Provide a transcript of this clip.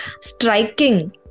striking